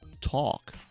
talk